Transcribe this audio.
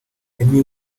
emmy